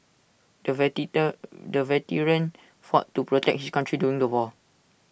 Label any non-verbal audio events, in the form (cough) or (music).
the (unintelligible) the veteran fought to protect his country during the war